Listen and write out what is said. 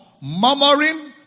murmuring